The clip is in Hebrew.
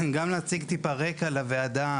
גם להציג טיפה רקע לוועדה,